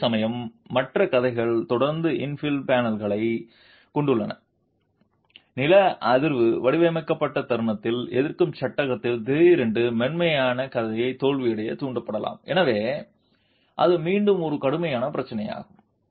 அதேசமயம் மற்ற கதைகள் தொடர்ந்து இன்ஃபில் பேனல்களைக் கொண்டுள்ளன நில அதிர்வு வடிவமைக்கப்பட்ட தருணத்தில் எதிர்க்கும் சட்டகத்தில் திடீர் மென்மையான கதை தோல்வி தூண்டப்படலாம் எனவே அது மீண்டும் ஒரு கடுமையான பிரச்சினையாகும்